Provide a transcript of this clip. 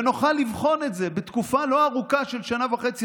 נוכל לבחון את זה בתקופה לא ארוכה של שנה וחצי.